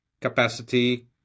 capacity